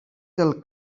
del